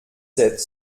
sept